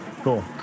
Cool